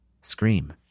Scream